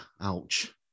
ouch